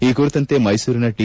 ಈ ಕುರಿತಂತೆ ಮೈಸೂರಿನ ಟಿ